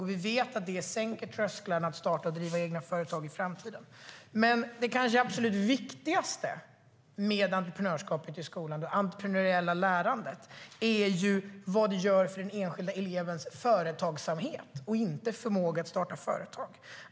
Vi vet att det sänker trösklarna att starta och driva egna företag i framtiden. Men det kanske absolut viktigaste med entreprenörskap i skolan, det entreprenöriella lärandet, är vad det gör för den enskilda elevens företagsamhet, inte förmågan att starta företag.